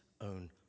own